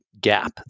gap